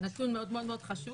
נתון מאוד-מאוד חשוב